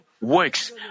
works